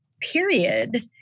period